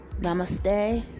Namaste